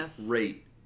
rate